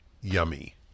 yummy